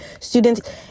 students